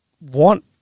want